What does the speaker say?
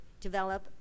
develop